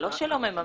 זה לא שלא מממנים.